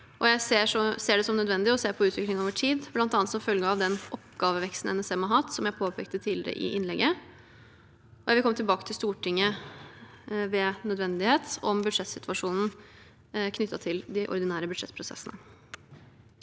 Jeg ser det som nødvendig å se på utviklingen over tid, bl.a. som følge av den oppgaveveksten NSM har hatt, som jeg påpekte tidligere i innlegget, og jeg vil komme tilbake til Stortinget ved nødvendighet om budsjettsituasjonen knyttet til de ordinære budsjettprosessene.